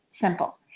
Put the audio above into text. simple